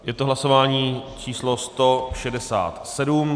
Je to hlasování číslo 167.